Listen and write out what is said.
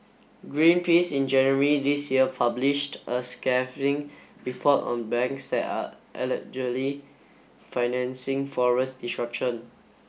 Greenpeace in January this year published a scathing report on banks that are allegedly financing forest destruction